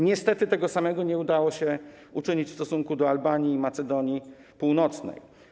Niestety tego samego nie udało się uczynić w stosunku do Albanii i Macedonii Północnej.